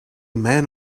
man